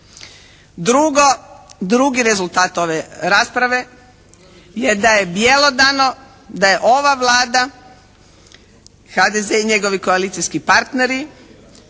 Drugi rezultat ove rasprave je da je bjelodano da je ova Vlada, HDZ i njegovi koalicijski partneri